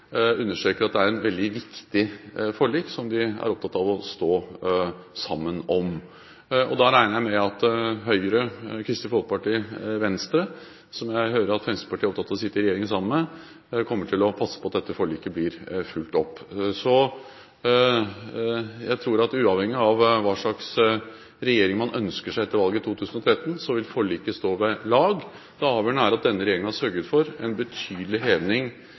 er opptatt av å stå sammen om. Da regner jeg med at Høyre, Kristelig Folkeparti og Venstre, som jeg hører Fremskrittspartiet er opptatt av å sitte i regjering sammen med, kommer til å passe på at dette forliket blir fulgt opp. Så jeg tror at uavhengig av hva slags regjering man ønsker seg etter valget i 2013, vil forliket stå ved lag. Det avgjørende er at denne regjeringen har sørget for en betydelig